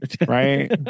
Right